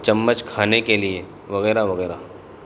چمچ کھانے کے لیے وغیرہ وغیرہ